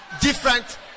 different